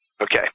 Okay